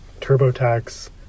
TurboTax